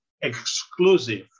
exclusive